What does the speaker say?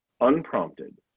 Unprompted